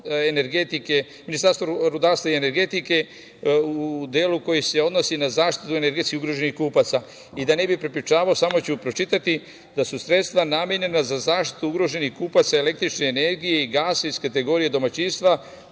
Ministarstvo rudarstva i energetike u delu koje se odnosi na zaštitu energetski ugroženih kupaca. Da da ne bih prepričavao, samo ću pročitati da su sredstva namenjena za zaštitu ugroženih kupaca električne energije i gasa iz kategorije domaćinstva